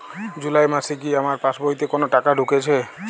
জুলাই মাসে কি আমার পাসবইতে কোনো টাকা ঢুকেছে?